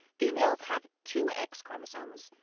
females have two x chromosomes.